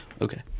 Okay